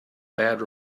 bad